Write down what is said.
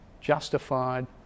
justified